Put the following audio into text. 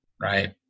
right